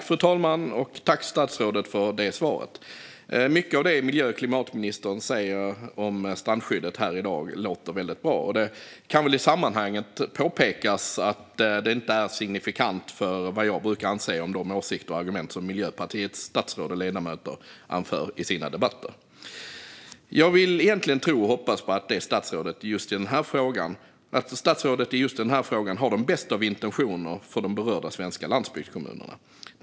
Fru talman! Tack, statsrådet, för det svaret! Mycket av det miljö och klimatministern säger om strandskyddet här i dag låter väldigt bra. Det kan väl i sammanhanget påpekas att det inte är signifikant för vad jag brukar anse om de åsikter och argument som Miljöpartiets statsråd och ledamöter anför i sina debatter. Jag vill egentligen tro och hoppas på att statsrådet i just den här frågan har de bästa av intentioner för de berörda svenska landsbygdskommunerna.